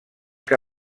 que